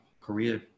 Korea